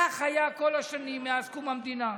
כך היה כל השנים מאז קום המדינה.